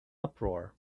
uproar